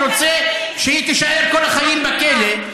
שרוצה שהיא תישאר כל החיים בכלא,